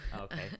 Okay